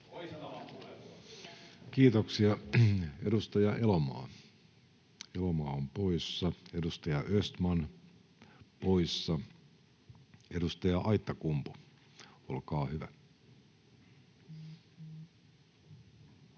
Kiitoksia. — Edustaja Elomaa, Elomaa on poissa. Edustaja Östman, poissa. — Edustaja Aittakumpu, olkaa hyvä.